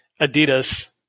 Adidas